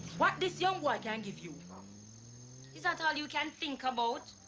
what this young boy can give you? um is that all you can think about?